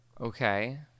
Okay